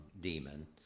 demon